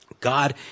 God